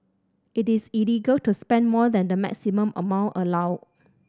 it is illegal to spend more than the maximum amount allowed